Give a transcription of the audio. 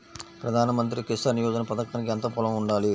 ప్రధాన మంత్రి కిసాన్ యోజన పథకానికి ఎంత పొలం ఉండాలి?